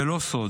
זה לא סוד,